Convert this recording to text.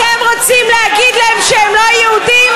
אתם רוצים להגיד להם שהם לא יהודים?